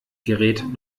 gerät